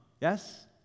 Yes